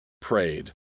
prayed